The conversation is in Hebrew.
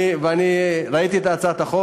אני ראיתי את הצעת החוק,